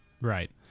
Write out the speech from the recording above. Right